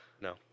No